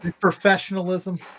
professionalism